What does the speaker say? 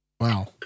Wow